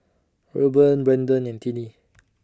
Rueben Brenden and Tinie